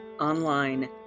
online